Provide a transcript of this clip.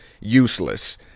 useless